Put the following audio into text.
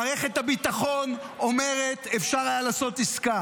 מערכת הביטחון אומרת: אפשר היה לעשות עסקה